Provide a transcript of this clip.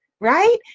right